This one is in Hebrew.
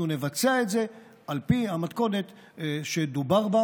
אנחנו נבצע את זה על פי המתכונת שדובר בה.